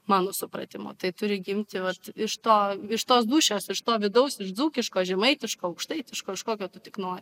mano supratimu tai turi gimti vat iš to iš tos dūšios iš to vidaus iš dzūkiško žemaitiško aukštaitiško iš kokio tu tik nori